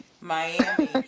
Miami